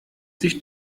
sich